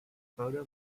photo